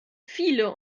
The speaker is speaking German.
viele